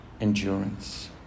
endurance